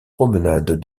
promenades